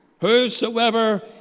whosoever